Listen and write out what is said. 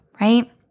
right